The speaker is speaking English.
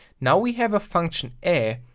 now we have a function ae,